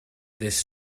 this